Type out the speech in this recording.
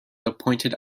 appointed